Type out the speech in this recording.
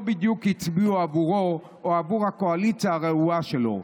בדיוק הצביעו עבורו או עבור הקואליציה הרעועה שלו.